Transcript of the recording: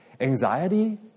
anxiety